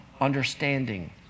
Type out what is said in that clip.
understanding